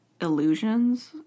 illusions